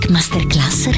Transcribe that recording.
Masterclass